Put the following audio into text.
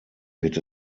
wird